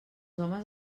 homes